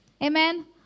Amen